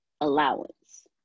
allowance